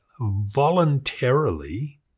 voluntarily